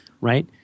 Right